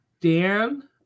Dan